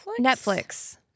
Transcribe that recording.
Netflix